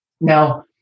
Now